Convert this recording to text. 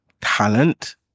talent